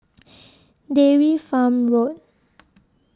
Dairy Farm Road